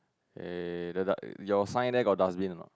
eh the your sign there got dustbin or not